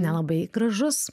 nelabai gražus